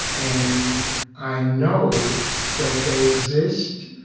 and i know that they exist.